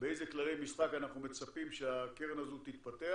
באיזה כללי משחק אנחנו מצפים שהקרן הזו תתפתח